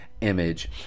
image